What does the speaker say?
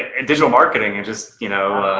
in digital marketing and just, you know,